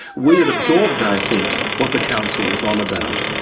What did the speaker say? we had absorbed i think what the council was on about,